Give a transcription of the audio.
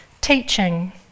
teaching